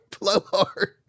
Blowhard